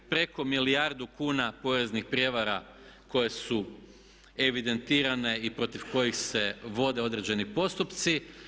Preko milijardu kuna poreznih prijevara koje su evidentirane i protiv kojih se vode određeni postupci.